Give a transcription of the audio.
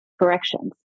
corrections